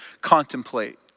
contemplate